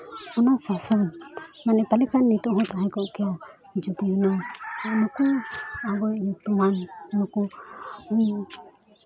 ᱚᱱᱟ ᱥᱟᱥᱚᱱ ᱢᱟᱱᱮ ᱯᱟᱞᱮ ᱪᱚᱝ ᱱᱤᱛᱚᱜ ᱦᱚᱸ ᱛᱟᱦᱮᱸ ᱠᱚᱜ ᱠᱮᱭᱟ ᱡᱩᱫᱤ ᱦᱩᱱᱟᱹᱝ ᱱᱩᱠᱩ ᱟᱵᱚᱣᱤᱡ ᱧᱩᱛᱩᱢᱟᱱ ᱱᱩᱠᱩ